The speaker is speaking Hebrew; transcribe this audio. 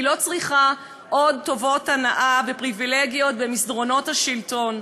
הוא לא צריכה עוד טובות הנאה ופריבילגיות במסדרונות השלטון.